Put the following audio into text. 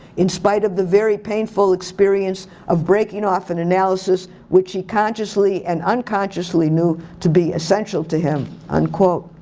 in spite of the very painful experience of breaking off an analysis which he consciously and unconsciously knew to be essential to him. unquote.